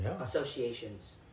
associations